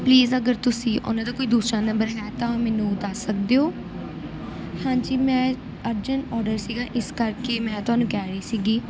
please ਅਗਰ ਤੁਸੀਂ ਉਹਨਾਂ ਦਾ ਕੋਈ ਦੂਸਰਾ ਨੰਬਰ ਹੈ ਤਾਂ ਮੈਨੂੰ ਦੱਸ ਸਕਦੇ ਹੋ ਹਾਂਜੀ ਮੈਂ ਅਰਜੈਂਟ ਔਡਰ ਸੀਗਾ ਇਸ ਕਰਕੇ ਮੈਂ ਤੁਹਾਨੂੰ ਕਹਿ ਰਹੀ ਸੀਗੀ